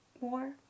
more